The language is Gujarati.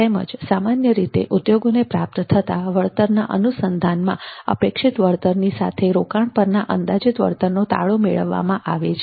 તેમજ સામાન્ય રીતે ઉદ્યોગોને પ્રાપ્ત થતા વળતરના અનુસંધાનમાં અપેક્ષિત વળતરની સાથે રોકાણ પરના અંદાજિત વળતરનો તાળો મેળવવામાં આવે છે